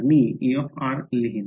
तर मी E लिहीन